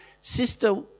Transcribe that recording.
Sister